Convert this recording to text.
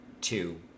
two